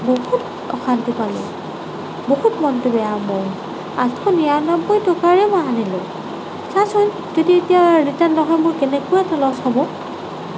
বহুত অশান্তি পালোঁ বহুত মনটো বেয়া মোৰ আঠশ নিৰান্নবৈ টকাৰে মই আনিলোঁ চাচোন যদি এতিয়া ৰিটাৰ্ণ নহয় মোৰ কেনেকুৱা এটা লছ হ'ব